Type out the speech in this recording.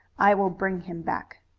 i will bring him back.